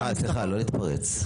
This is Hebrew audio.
סליחה, סליחה, לא להתפרץ.